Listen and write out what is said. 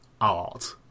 art